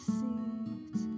seat